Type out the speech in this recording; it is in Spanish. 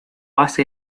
hace